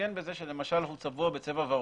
מתאפיין זה שלמשל הוא צבוע בצבע ורוד.